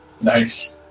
Nice